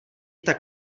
tak